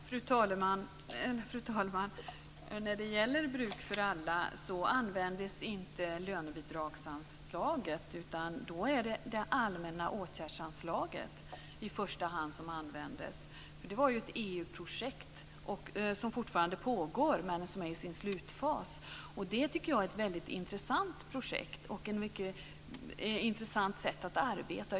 Fru talman! När det gäller Bruk för alla användes inte lönebidragsanslaget, utan då användes i första hand det allmänna åtgärdsanslaget. Det var ju ett EU projekt. Det pågår fortfarande men är nu i sin slutfas. Jag tycker att det är ett väldigt intressant projekt och ett mycket intressant sätt att arbeta.